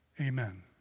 amen